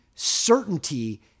certainty